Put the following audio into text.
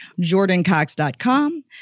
jordancox.com